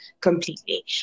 completely